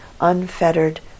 unfettered